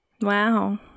Wow